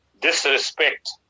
disrespect